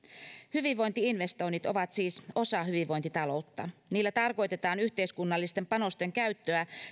hyvinvointi investoinnit ovat siis osa hyvinvointitaloutta niillä tarkoitetaan yhteiskunnallisten panosten käyttöä